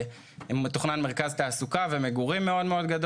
מרכז תעסוקה ומגורים גדול מאוד.